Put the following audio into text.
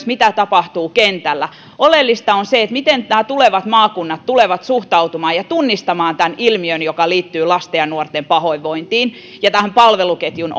mitä tapahtuu kentällä oleellista on se miten nämä tulevat maakunnat tulevat suhtautumaan ja tunnistamaan tämän ilmiön joka liittyy lasten ja nuorten pahoinvointiin ja tähän palveluketjun